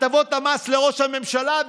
הטבות המס לראש הממשלה.